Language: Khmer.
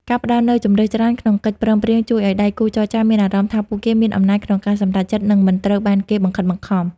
ការផ្តល់នូវ "ជម្រើសច្រើន" ក្នុងកិច្ចព្រមព្រៀង ជួយឱ្យដៃគូចរចាមានអារម្មណ៍ថាពួកគេមានអំណាចក្នុងការសម្រេចចិត្ត និងមិនត្រូវបានបង្ខិតបង្ខំ។